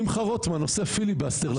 שמחה רוטמן עושה פיליבסטר לקואליציה...